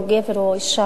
או גבר או אשה,